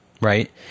right